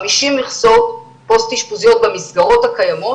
50 מכסות פוסט אשפוזיות במסגרות הקיימות